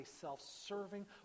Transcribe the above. self-serving